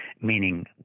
meaning